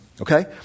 okay